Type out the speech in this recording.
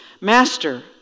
Master